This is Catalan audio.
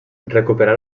recuperar